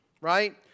Right